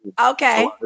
Okay